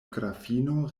grafino